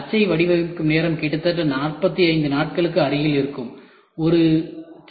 அச்சை வடிவமைக்கும் நேரம் கிட்டத்தட்ட 45 நாட்களுக்கு அருகில் ஆகும்